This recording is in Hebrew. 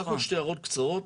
רק עוד שתי הערות קצרות.